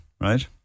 right